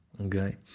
Okay